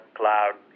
cloud